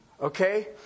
Okay